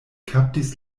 kaptis